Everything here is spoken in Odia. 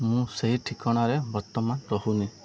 ମୁଁ ସେଇ ଠିକଣାରେ ବର୍ତ୍ତମାନ ରହୁନି